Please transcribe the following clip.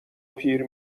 پیر